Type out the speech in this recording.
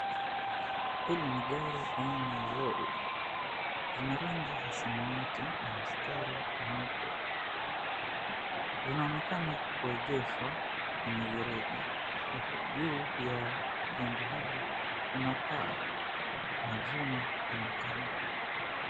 Hili ni gari aina ya lori. Ina rangi ya samawati na mstari mweupe. Linaonekana kuegeshwa kwenye gereji ambapo juu ya jengo hili, kuna paa na vyuma kando kando.